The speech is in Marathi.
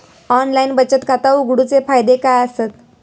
ऑनलाइन बचत खाता उघडूचे फायदे काय आसत?